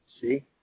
see